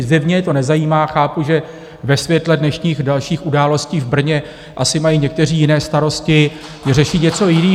Zjevně je to nezajímá, chápu, že ve světle dnešních dalších událostí v Brně asi mají někteří jiné starosti, řeší něco jiného...